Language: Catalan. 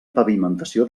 pavimentació